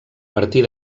partir